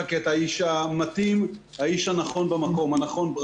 כי אתה האיש המתאים והנכון במקום הנכון.